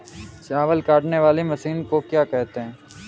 चावल काटने वाली मशीन को क्या कहते हैं?